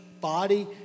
body